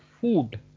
food